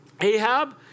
Ahab